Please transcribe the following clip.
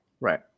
Right